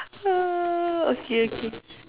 okay okay